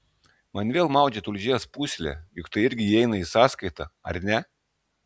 man vėl maudžia tulžies pūslę juk tai irgi įeina į sąskaitą ar ne